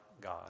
God